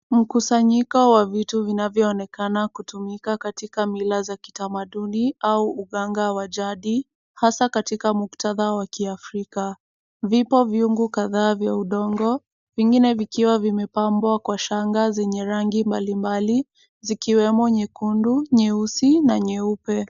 Mkusanyiko wa vitu vinavyoonekana kutumika katika mila za kitamaduni au uganga wa jadi hasa katika muktadha wa kiafrika. Vipo vyungu kadhaa vya udongo vingine vikiwa vimepambwa kwa shanga zenye rangi mbalimbali zikiwemo nyekundu, nyeusi na nyeupe.